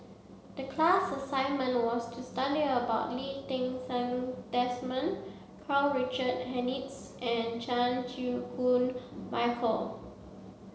the class assignment was to study about Lee Ti Seng Desmond Karl Richard Hanitsch and Chan Chew Koon Michael